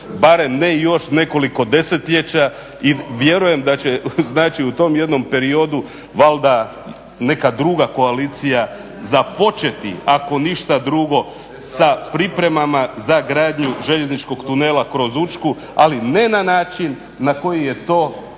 barem ne još nekoliko desetljeća i vjerujem da će u tom jedno periodu valjda neka druga koalicija započeti ako ništa drugo sa pripremama za gradnju željezničkog tunela kroz Učku, ali ne na način na koji je to